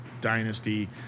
dynasty